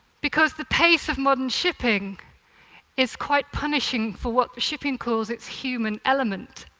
because the pace of modern shipping is quite punishing for what the shipping calls its human element,